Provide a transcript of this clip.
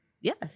yes